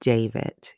David